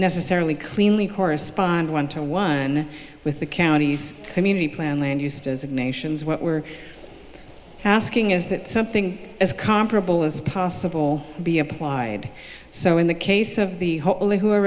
necessarily cleanly correspond one to one with the county community plan land used as of nations what we're asking is that something as comparable as possible be applied so in the case of the holy who are